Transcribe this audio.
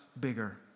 bigger